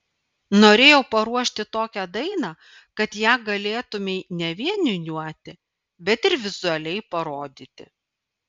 norėjau paruošti tokią dainą kad ją galėtumei ne vien niūniuoti bet ir vizualiai parodyti